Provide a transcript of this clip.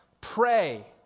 pray